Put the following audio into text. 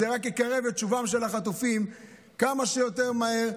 זה רק יקרב את שובם של החטופים כמה שיותר מהר.